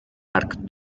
arc